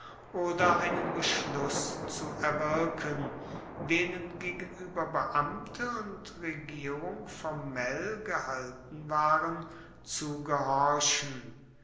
oder einen beschluss zu erwirken denen gegenueber beamte und regierung formell gehalten waren zu gehorchen